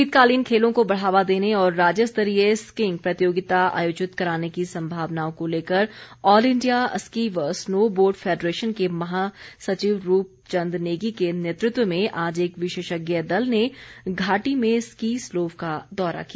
शीतकालीन खेलों को बढ़ावा देने और राज्यस्तरीय स्कींईंग प्रतियोगिता आयोजित कराने की सम्भावनाओं को लेकर ऑल इंडिया स्की व स्नो बोर्ड फैडरेशन के महासचिव रूप चंद नेगी के नेतृत्व में आज एक विशेषज्ञ दल ने घाटी में स्की स्लोव का दौरा किया